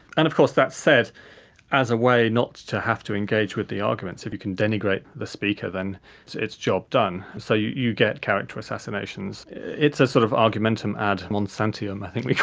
and of course that's said as a way not to have to engage with the arguments. if you can denigrate the speaker then it's job done. so you get character assassinations. it's an sort of argumentum ad monsantium i think we